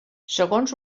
segons